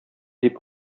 дип